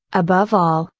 above all,